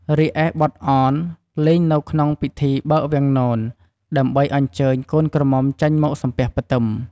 រីឯបទអន លេងនៅក្នងពិធីបើកវាំងនន ដើម្បីអញ្ជើញកូនក្រមំុចេញមកសំពះផ្ទឹម។